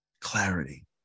Clarity